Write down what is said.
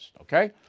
Okay